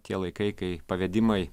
tie laikai kai pavedimai